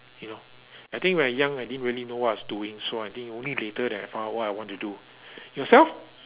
you know I think when I young I didn't really know what I was doing so I think only later then I found out what I want to do yourself